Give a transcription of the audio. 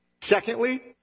Secondly